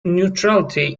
neutrality